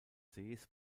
sees